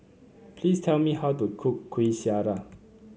please tell me how to cook Kuih Syara